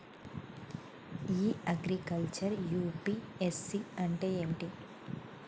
ఇ agriculture UPSC అంటే ఏమిటి?